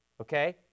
Okay